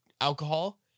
alcohol